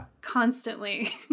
constantly